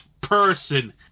person